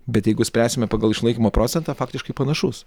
bet jeigu spręsime pagal išlaikymo procentą faktiškai panašus